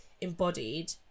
embodied